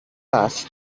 است